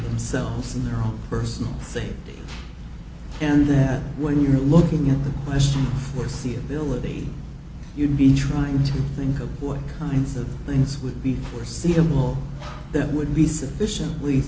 the self in their own personal safety and that when you're looking at the question we'll see ability you'd be trying to think of what kinds of things would be foreseeable that would be sufficiently